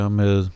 med